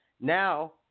Now